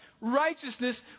righteousness